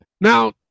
Now